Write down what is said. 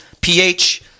pH